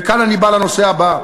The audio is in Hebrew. וכאן אני בא לנושא הבא: